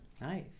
Nice